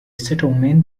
settlement